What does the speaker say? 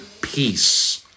peace